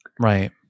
right